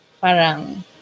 parang